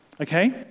Okay